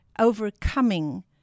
overcoming